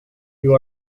you